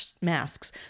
masks